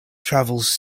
travels